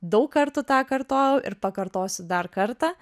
daug kartų tą kartojau ir pakartosiu dar kartą